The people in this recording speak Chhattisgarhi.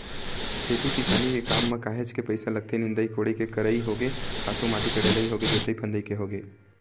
खेती किसानी के काम म काहेच के पइसा लगथे निंदई कोड़ई के करई होगे खातू माटी के डलई होगे जोतई फंदई के होगे